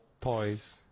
toys